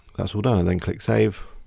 that's all done and then click save.